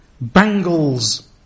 bangles